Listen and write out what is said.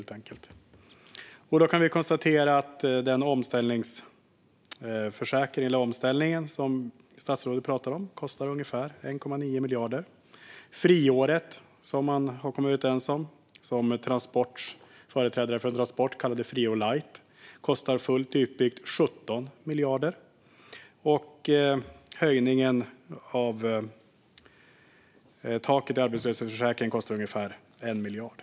Vi kan konstatera att den omställning som statsrådet pratar om kostar ungefär 1,9 miljarder. Friåret, som man har kommit överens om och som företrädare för Transport kallade friår light, kostar fullt utbyggt 17 miljarder. Höjningen av taket i arbetslöshetsförsäkringen kostar ungefär 1 miljard.